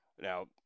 Now